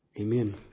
Amen